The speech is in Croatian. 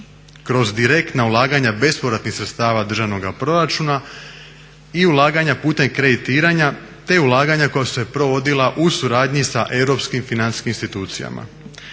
kroz direktna ulaganja bespovratnih sredstava državnoga proračuna i ulaganja putem kreditiranja, te ulaganja koja su se provodila u suradnji sa europskim financijskim institucijama.